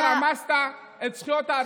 אתה רמסת את זכויות האדם במדינה,